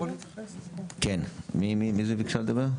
מי ביקשה לדבר?